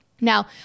Now